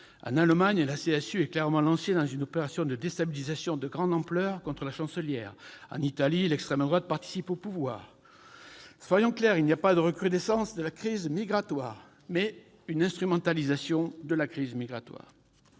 En Allemagne, la CSU s'est clairement lancée dans une opération de déstabilisation de grande ampleur contre la Chancelière. En Italie, l'extrême droite participe au pouvoir. Soyons clairs, il n'y a pas de recrudescence de la crise migratoire, mais une instrumentalisation de la crise migratoire.